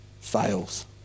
fails